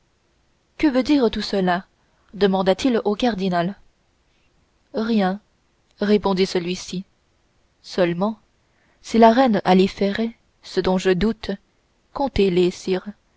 que veut dire cela demanda-t-il au cardinal rien répondit celui-ci seulement si la reine a les ferrets ce dont je doute